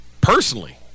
personally